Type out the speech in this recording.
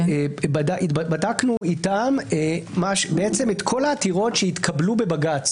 ובדקנו איתם את כל העתירות שהתקבלו בבג"ץ